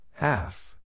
Half